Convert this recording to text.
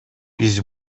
биз